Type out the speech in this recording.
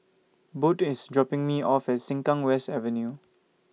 Boyd IS dropping Me off At Sengkang West Avenue